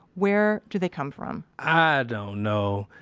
where do they come from? i don't know.